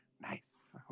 Nice